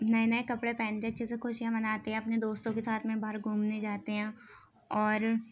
نئے نئے کپڑے پہنتے ہیں اچھے سے خوشیاں مناتے ہیں اپنے دوستوں کے ساتھ میں باہر گھومنے جاتے ہیں اور